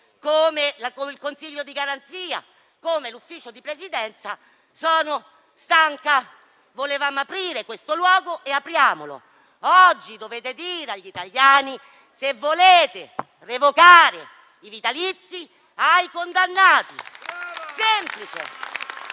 il Consiglio di garanzia e l'Ufficio di Presidenza. Volevamo aprire questo luogo e apriamolo. Oggi dovete dire agli italiani se volete revocare i vitalizi ai condannati